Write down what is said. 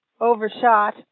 overshot